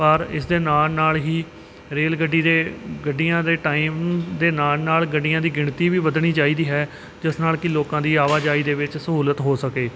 ਪਰ ਇਸ ਦੇ ਨਾਲ ਨਾਲ ਹੀ ਰੇਲ ਗੱਡੀ ਦੇ ਗੱਡੀਆਂ ਦੇ ਟਾਈਮ ਦੇ ਨਾਲ ਨਾਲ ਗੱਡੀਆਂ ਦੀ ਗਿਣਤੀ ਵੀ ਵਧਣੀ ਚਾਹੀਦੀ ਹੈ ਜਿਸ ਨਾਲ ਕਿ ਲੋਕਾਂ ਦੀ ਆਵਾਜਾਈ ਦੇ ਵਿੱਚ ਸਹੂਲਤ ਹੋ ਸਕੇ